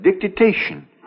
dictation